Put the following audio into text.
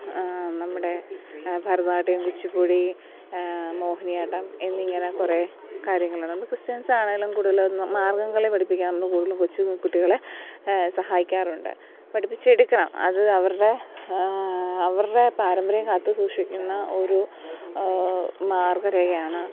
നമ്മുടെ ഭരതനാട്യം കുച്ചിപ്പുടി മോഹിനിയാട്ടം എന്നിങ്ങനെ കുറേ കാര്യങ്ങളുണ്ട് നമ്മൾ ക്രിസ്ത്യൻസാണെങ്കിലും കൂടുതലൊന്നും മാർഗ്ഗംകളി പഠിപ്പിക്കാറുണ്ട് കൂടുതലും കൊച്ചുകുട്ടികളെ സഹായിക്കാറുണ്ട് പഠിപ്പിച്ചെടുക്കണം അത് അവരുടെ അവരുടെ പാരമ്പര്യം കാത്ത് സൂക്ഷിക്കുന്ന ഒരു മാർഗ്ഗരേഖയാണ്